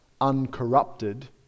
uncorrupted